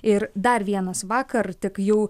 ir dar vienas vakar tik jau